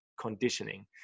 conditioning